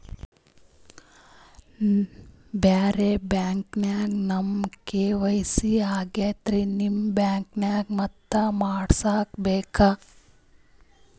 ಬ್ಯಾರೆ ಬ್ಯಾಂಕ ನ್ಯಾಗ ನಮ್ ಕೆ.ವೈ.ಸಿ ಆಗೈತ್ರಿ ನಿಮ್ ಬ್ಯಾಂಕನಾಗ ಮತ್ತ ಮಾಡಸ್ ಬೇಕ?